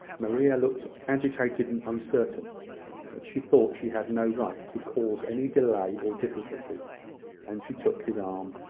maria looked agitated and uncertain but she thought she had no right to cause any delay or difficulty and she took his arm,